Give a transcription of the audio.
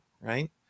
right